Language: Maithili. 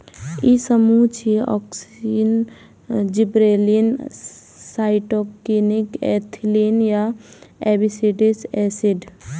ई समूह छियै, ऑक्सिन, जिबरेलिन, साइटोकिनिन, एथिलीन आ एब्सिसिक एसिड